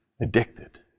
addicted